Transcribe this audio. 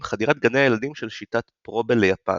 עם חדירת גני הילדים של שיטת פרובל ליפן.